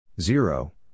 Zero